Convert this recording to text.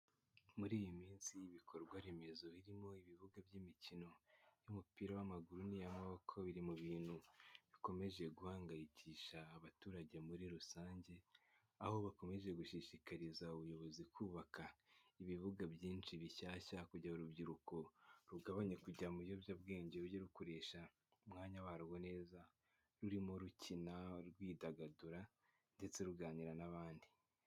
Muri iyi minsi ibikorwa remezo birimo ibibuga by'imikino y'umupira w'amaguru n'iy'amabokoko biri mu bintu bikomeje guhangayikisha abaturage muri rusange aho bakomeje gushishikariza ubuyobozi kubaka ibibuga byinshi bishyashya kugira urubyiruko rugabanya kujya mu biyobyabwenge rujye rukoresha umwanya warwo neza rurimo rukina rwidagadura ndetse ruganira n'abandi.